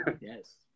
Yes